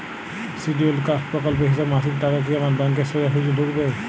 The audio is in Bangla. শিডিউলড কাস্ট প্রকল্পের হিসেবে মাসিক টাকা কি আমার ব্যাংকে সোজাসুজি ঢুকবে?